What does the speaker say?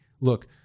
look